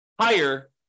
higher